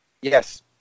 Yes